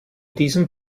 diesem